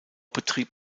betrieb